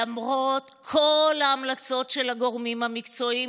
למרות כל ההמלצות של הגורמים המקצועיים,